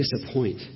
disappoint